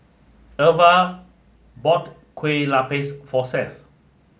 Irva bought kue Lupis for Seth